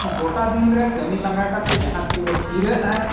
ᱜᱚᱴᱟ ᱫᱤᱱ ᱨᱮ ᱠᱟᱹᱢᱤ ᱞᱟᱸᱜᱟ ᱠᱟᱛᱮᱫ ᱡᱟᱦᱟᱸ ᱛᱤᱨᱮ ᱵᱚᱱ ᱡᱤᱨᱟᱹᱜᱼᱟ